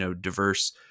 diverse